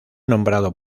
nombrado